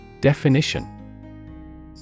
Definition